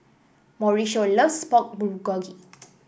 Mauricio loves Pork Bulgogi